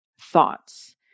thoughts